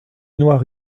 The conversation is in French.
noirs